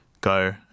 go